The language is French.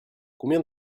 combien